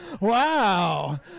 Wow